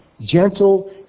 gentle